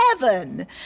heaven